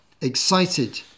excited